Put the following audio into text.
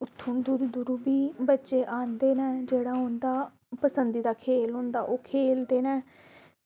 उत्थें दूरा दे बी बच्चे आंदे न जेह्ड़ा पसंद दा खेल होंदा ओह् खेल ते इ'नें